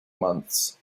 months